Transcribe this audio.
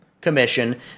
commission